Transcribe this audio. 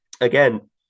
again